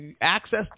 access